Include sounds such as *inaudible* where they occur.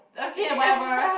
okay *laughs*